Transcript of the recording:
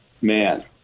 man